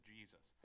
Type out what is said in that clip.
Jesus